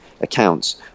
accounts